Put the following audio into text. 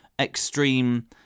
extreme